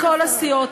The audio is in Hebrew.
מכל הסיעות,